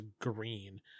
green